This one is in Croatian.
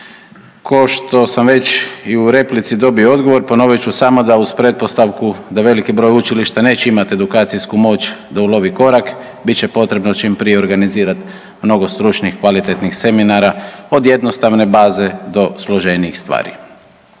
Košto sam već i u replici dobio odgovor, ponovit ću samo da uz pretpostavku da veliki broj učilišta neće imat edukacijsku moć da ulovi korak bit će potrebno čim prije organizirat mnogo stručnih kvalitetnih seminara, od jednostavne baze do složenijih stvari.